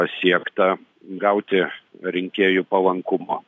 siekta gauti rinkėjų palankumą